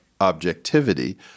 objectivity